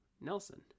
Nelson